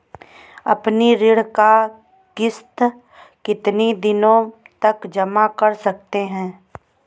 अपनी ऋण का किश्त कितनी दिनों तक जमा कर सकते हैं?